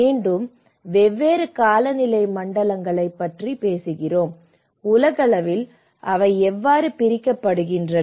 மீண்டும் வெவ்வேறு காலநிலை மண்டலங்களைப் பற்றி பேசுகிறோம் உலகளவில் அவை எவ்வாறு பிரிக்கப்படுகின்றன